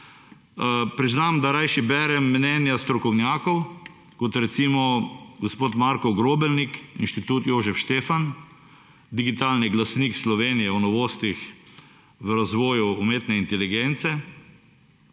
priznam, da rajši berem mnenja strokovnjakov, kot recimo gospod Marko Grobelnik Inštitut Jožef Štefan, digitalni glasnik Slovenije o novostih v razvoju umetne inteligence